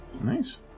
Nice